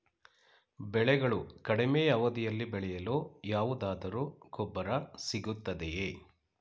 ಬೆಳೆಗಳು ಕಡಿಮೆ ಅವಧಿಯಲ್ಲಿ ಬೆಳೆಯಲು ಯಾವುದಾದರು ಗೊಬ್ಬರ ಸಿಗುತ್ತದೆಯೇ?